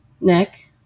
Nick